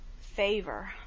favor